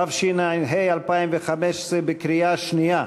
התשע"ה 2015, קריאה שנייה,